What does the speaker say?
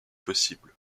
possibles